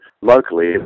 locally